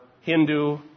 Hindu